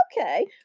Okay